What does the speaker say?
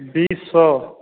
बीस सए